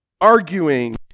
arguing